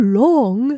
long